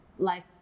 Life